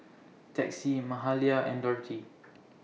Texie Mahalia and Dorthey